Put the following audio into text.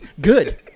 good